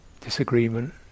disagreement